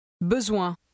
Besoin